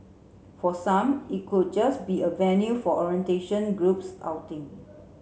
for some it could just be a venue for orientation groups outing